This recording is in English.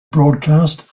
broadcast